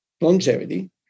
longevity